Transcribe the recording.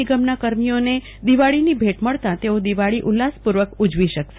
નિગમના કર્મીઓને દિવાળીની ભેટ મળતા તેઓ દિવાળી ઉલ્લાસપૂર્વક ઉજવી શકશે